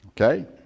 Okay